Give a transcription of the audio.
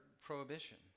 prohibition